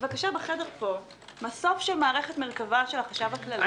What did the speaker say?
בחדר פה יש מסוף של מערכת מרכב"ה של החשב הכללי.